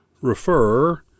refer